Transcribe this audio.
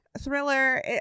Thriller